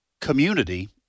Community